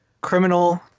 Criminal